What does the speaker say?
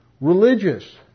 religious